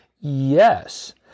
Yes